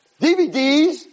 DVDs